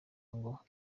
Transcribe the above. ngo